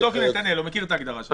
תבדוק עם נתנאל, הוא מכיר את ההגדרה שלהם.